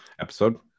episode